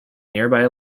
nearby